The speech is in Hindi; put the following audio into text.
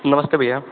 नमस्ते भैया